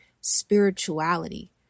spirituality